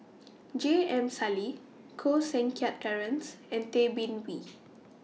J M Sali Koh Seng Kiat Terence and Tay Bin Wee